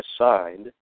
assigned